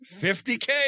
50K